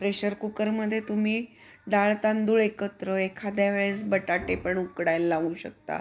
pressure कुकरमध्ये तुम्ही डाळ तांदूळ एकत्र एखाद्या वेळेस बटाटे पण उकडायला लावू शकता